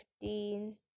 fifteen